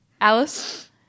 alice